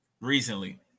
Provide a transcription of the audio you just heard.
Recently